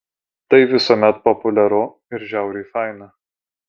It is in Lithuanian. tai visuomet populiaru ir žiauriai faina